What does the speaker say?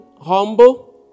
humble